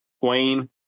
Wayne